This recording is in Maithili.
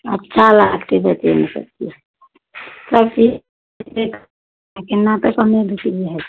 अच्छा लागतै बेचैमे सबचीज सबचीज तऽ समय भी हइ